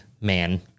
man